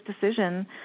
decision